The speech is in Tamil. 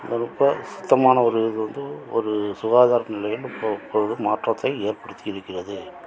ரொம்ப சுத்தமான ஒரு இது வந்து ஒரு சுகாதார நிலையம் மாற்றத்தை ஏற்படுத்தி இருக்கிறது